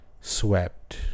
swept